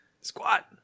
Squat